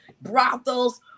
brothels